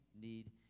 need